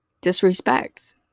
disrespect